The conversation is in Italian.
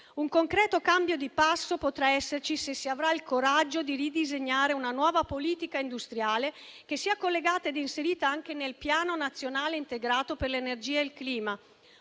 Un concreto cambio di passo potrà esserci se si avrà il coraggio di ridisegnare una nuova politica industriale, che sia collegata ed inserita anche nel Piano nazionale integrato per l'energia e il clima;